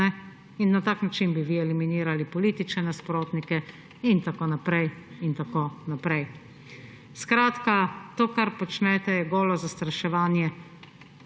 in na tak način bi vi eliminirali politične nasprotnike in tako naprej in tako naprej. To kar počnete, je golo zastraševanje.